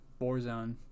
Warzone